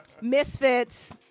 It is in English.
Misfits